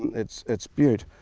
it's it's beaut.